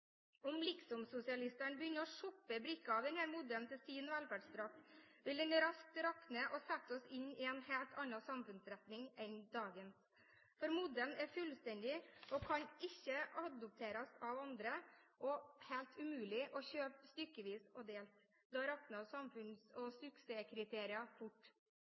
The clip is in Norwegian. Om liksom-sosialistene begynner å «shoppe» brikker av denne modellen til sin velferdsdrakt, vil den raskt rakne og sette oss inn i en helt annen samfunnsretning enn dagens. For modellen er fullstendig og kan ikke adopteres av andre – og er helt umulig å kjøpe stykkevis og delt. Da rakner samfunns- og suksesskriterier fort.